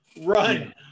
run